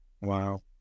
Wow